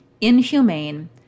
inhumane